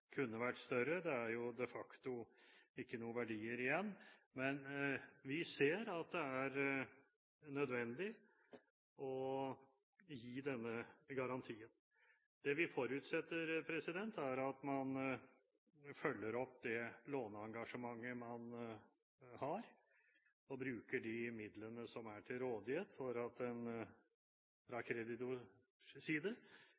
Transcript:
kunne vært større – det er de facto ikke noen verdier igjen. Men vi ser at det er nødvendig å gi denne garantien. Det vi forutsetter, er at man følger opp det låneengasjementet man har, og bruker de midlene som er til rådighet fra kreditors side for